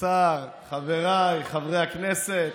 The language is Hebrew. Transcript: השר, חבריי חברי הכנסת,